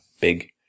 big